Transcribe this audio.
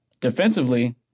Defensively